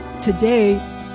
today